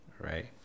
right